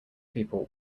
people